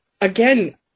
again